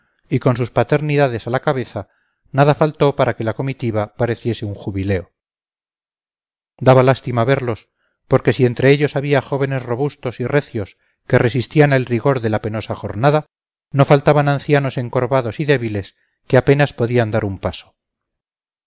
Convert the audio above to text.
y con sus paternidades a la cabeza nada faltó para que la comitiva pareciese un jubileo daba lástima verlos porque si entre ellos había jóvenes robustos y recios que resistían el rigor de la penosa jornada no faltaban ancianos encorvados y débiles que apenas podían dar un paso